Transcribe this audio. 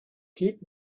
keep